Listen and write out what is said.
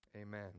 Amen